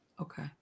Okay